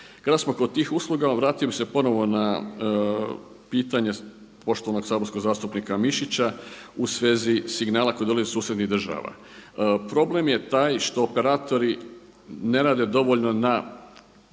Kada smo kod tih usluga vratio bih se ponovo na pitanje poštovanog saborskog zastupnika Mišića u svezi signala kod drugih susjednih država. Problem je taj što operatori ne rade dovoljno na